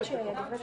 אחד מראשי הממשלה,